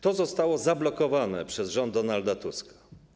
To zostało zablokowane przez rząd Donalda Tuska.